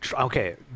okay